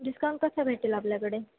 discount कसं भेटेल आपल्याकडे